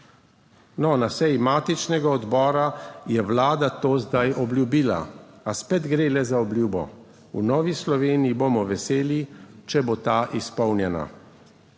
No, na seji matičnega odbora je Vlada to zdaj obljubila, a spet gre le za obljubo. V Novi Sloveniji bomo veseli, če bo ta izpolnjena.